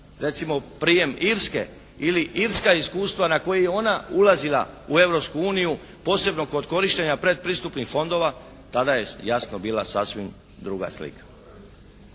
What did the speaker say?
recimo primjer Irske ili irska iskustva na koji je ona ulazila u Europsku uniju, posebno kod korištenja predpristupnih fondova, tada je jasno bila sasvim druga slika.